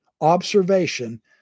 Observation